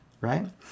right